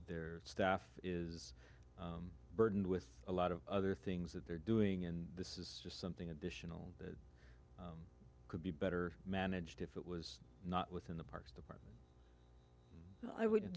their staff is burdened with a lot of other things that they're doing and this is just something additional that could be better managed if it was not within the parks but i wouldn't